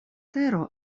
tero